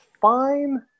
fine